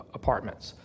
apartments